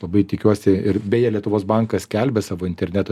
labai tikiuosi ir beje lietuvos bankas skelbia savo interneto